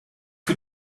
für